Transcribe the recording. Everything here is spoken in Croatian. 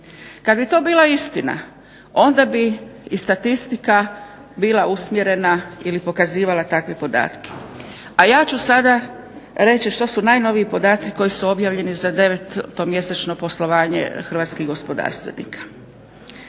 Kad bi to bila istina onda bi i statistika bila usmjerena ili pokazivala takve podatke. A ja ću sada reći što su najnoviji podaci koji su objavljeni za devetomjesečno poslovanje hrvatskih gospodarstvenika.